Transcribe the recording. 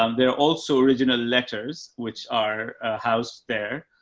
um, there are also original letters which are housed there.